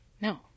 No